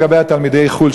לגבי תלמידי חו"ל,